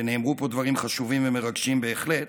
ונאמרו פה דברים חשובים ומרגשים בהחלט,